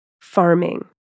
farming